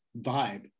vibe